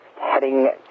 heading